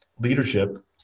leadership